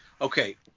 Okay